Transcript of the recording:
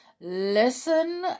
Listen